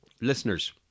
listeners